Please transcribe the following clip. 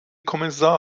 kommissar